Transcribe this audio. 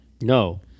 no